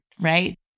right